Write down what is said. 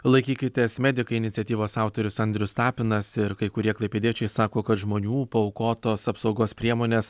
laikykitės medikai iniciatyvos autorius andrius tapinas ir kai kurie klaipėdiečiai sako kad žmonių paaukotos apsaugos priemonės